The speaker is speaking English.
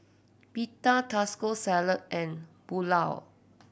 Pita Taco Salad and Pulao